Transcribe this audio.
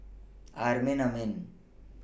Amrin Amin